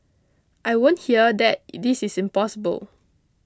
I won't hear that this is impossible